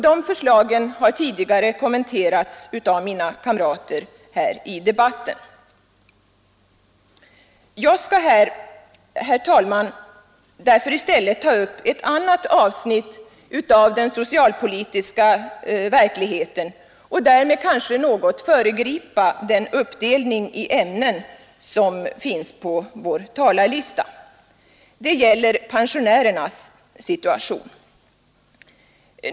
De förslagen har kommenterats av mina kamrater tidigare i debatten. Jag skall här, herr talman, därför ta upp ett annat avsnitt av den socialpolitiska verkligheten och därmed något föregripa uppdelningen i ämnen på talarlistan. Det gäller pensionärernas situation.